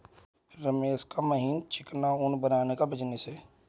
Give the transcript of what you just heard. रमेश का महीन चिकना ऊन बनाने का बिजनेस है